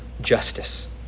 justice